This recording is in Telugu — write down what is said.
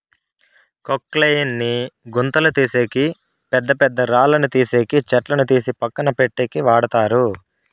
క్రొక్లేయిన్ ని గుంతలు తీసేకి, పెద్ద పెద్ద రాళ్ళను తీసేకి, చెట్లను తీసి పక్కన పెట్టేకి వాడతారు